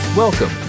Welcome